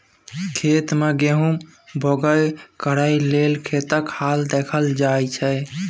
खेत मे गहुम बाउग करय लेल खेतक हाल देखल जाइ छै